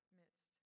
midst